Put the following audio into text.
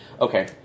Okay